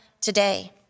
today